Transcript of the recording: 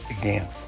again